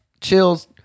chills